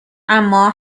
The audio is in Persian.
اما